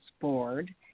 board